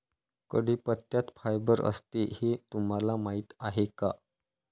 कढीपत्त्यात फायबर असते हे तुम्हाला माहीत आहे का?